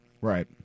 right